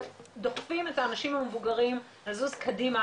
דוחפים את האנשים המבוגרים לזוז קדימה,